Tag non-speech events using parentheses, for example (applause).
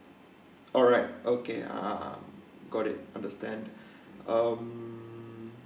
alright okay ah got it understand (breath) um